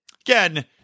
Again